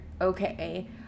okay